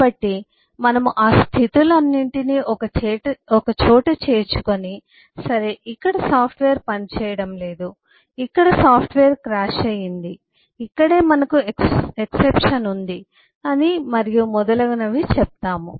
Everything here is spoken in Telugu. కాబట్టి మనము ఆ స్థితులన్నింటినీ ఒకచోట చేర్చుకొని సరే ఇక్కడ సాఫ్ట్వేర్ పనిచేయడం లేదు ఇక్కడ సాఫ్ట్వేర్ క్రాష్ అయ్యింది ఇక్కడే మనకు ఎక్సెప్షన్ ఉంది అనిమరియు మొదలగునవి చెప్తాము